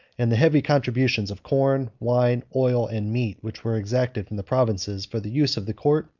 and the heavy contributions of corn, wine, oil, and meat, which were exacted from the provinces for the use of the court,